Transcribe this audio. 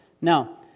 Now